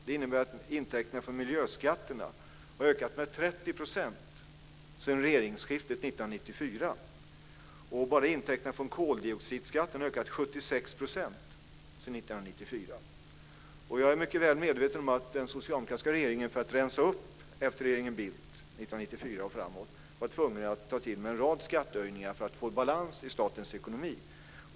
Det innebär att intäkterna från miljöskatterna har ökat med 30 % sedan regeringsskiftet 1994. Bara intäkterna från koldioxidskatten har ökat med 76 % Jag är mycket väl medveten om att den socialdemokratiska regeringen för att rensa upp efter regeringen Bildt 1994 och framåt var tvungen att ta till en rad skattehöjningar för att få balans i statens ekonomi.